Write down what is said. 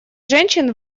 женщин